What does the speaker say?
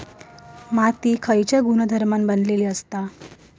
माती खयच्या गुणधर्मान बनलेली असता?